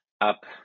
up